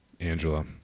Angela